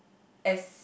as